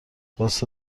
واستا